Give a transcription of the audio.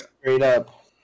straight-up